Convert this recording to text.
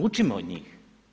Učimo od njih.